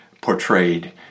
portrayed